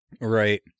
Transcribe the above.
Right